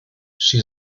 she